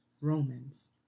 Romans